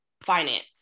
finance